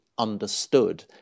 understood